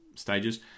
Stages